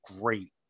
great